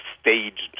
staged